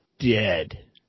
dead